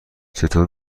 چطور